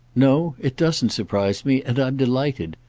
no, it doesn't surprise me, and i'm delighted.